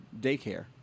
daycare